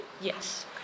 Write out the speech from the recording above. Yes